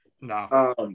no